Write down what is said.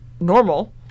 normal